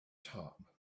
top